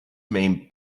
may